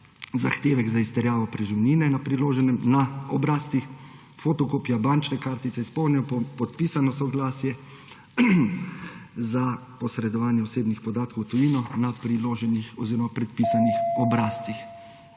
zahtevek za izterjavo preživnine na obrazcih, fotokopija bančne kartice, izpolnjeno podpisano soglasje za posredovanje osebnih podatkov v tujino na priloženih oziroma predpisanih obrazcih.